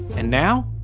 and now,